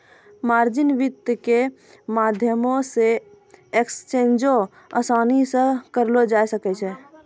margin वित्त के माध्यमो से एक्सचेंजो असानी से करलो जाय सकै छै